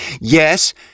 Yes